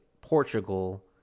portugal